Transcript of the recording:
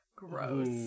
Gross